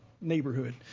neighborhood